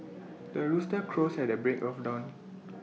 the rooster crows at the break of dawn